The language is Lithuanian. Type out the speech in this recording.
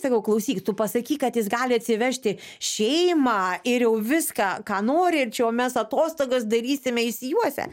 sakau klausyk tu pasakyk kad jis gali atsivežti šeimą ir jau viską ką nori ir čia jau mes atostogas darysime išsijuosę